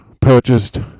purchased